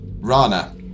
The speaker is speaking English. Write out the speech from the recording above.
Rana